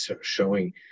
showing